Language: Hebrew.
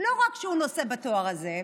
לא רק שהוא נושא בתואר הזה,